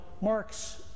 marks